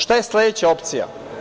Šta je sledeća opcija?